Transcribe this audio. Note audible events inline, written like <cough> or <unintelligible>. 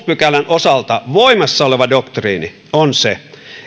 <unintelligible> pykälän osalta voimassa oleva doktriini on se